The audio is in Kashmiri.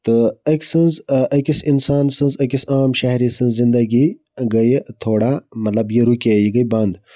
تہٕ أکۍ سٕنز أکِس اِنسان سٕنز أکِس عام شَہری سٕنز زِندگی گٔے تھوڑا مطلب یہِ رُکے یہِ گٔے بَند